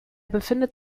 befindet